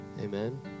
Amen